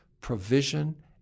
provision